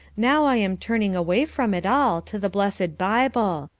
now i am turning away from it all, to the blessed bible.